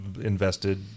invested